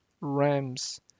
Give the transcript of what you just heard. Rams